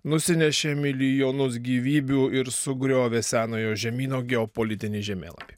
nusinešė milijonus gyvybių ir sugriovė senojo žemyno geopolitinį žemėlapį